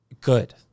Good